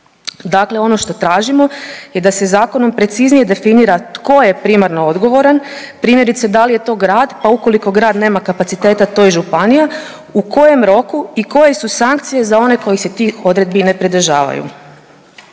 Dakle, ono što tražimo je da se zakonom preciznije definira tko je primarno odgovoran, primjerice da li je to grad, pa ukoliko grad nema kapaciteta to je županija, u kojem roku i koje su sankcije za one koji se tih odredbi ne pridržavaju